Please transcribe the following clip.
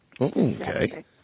Okay